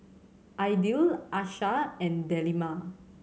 Aidil Aishah and Delima